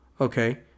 okay